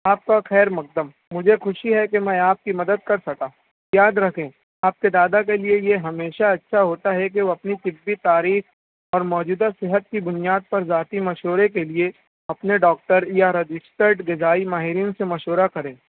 آپ کا خیرمقدم مجھے خوشی ہے کہ میں آپ کی مدد کر سکا یاد رکھیں آپ کے دادا کے لیے یہ ہمیشہ اچھا ہوتا ہے کہ وہ اپنی طبی تعریف اور موجودہ صحت کی بنیاد پر ذاتی مشورہ کے لیے اپنے ڈاکٹر یا رجسٹرڈ غذائی ماہرین سے مشورہ کریں